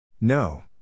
No